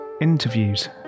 interviews